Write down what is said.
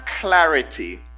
clarity